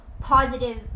positive